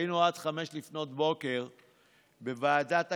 היינו עד 05:00 בוועדת הכספים,